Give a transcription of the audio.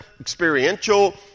experiential